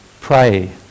pray